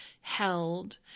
held